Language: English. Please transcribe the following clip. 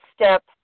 Step